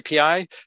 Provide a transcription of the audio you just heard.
API